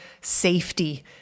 safety